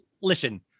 listen